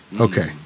Okay